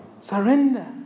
Surrender